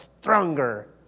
stronger